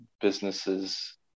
businesses